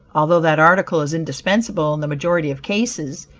although that article is indispensable in the majority of cases,